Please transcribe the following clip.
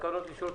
התקנות אושרו.